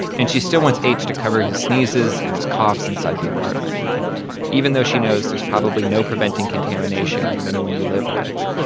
and she still wants h to cover his sneezes and his coughs inside the apartment even though she knows there's probably no preventing contamination from anyone you live with.